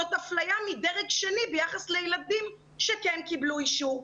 זאת אפליה מדרג שני ביחס לילדים שכן קיבלו אישור.